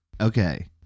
okay